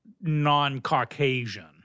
non-Caucasian